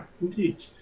Indeed